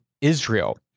Israel